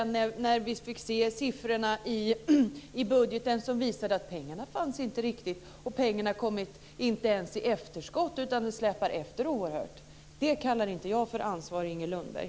När vi fick se siffrorna i budgeten visade det sig att pengarna inte riktigt fanns. De kom inte ens i efterskott, utan det släpar efter oerhört. Det kallar inte jag ansvar, Inger Lundberg.